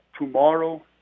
tomorrow